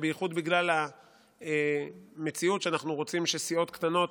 בייחוד בגלל המציאות שאנחנו רוצים שסיעות קטנות